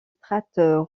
strates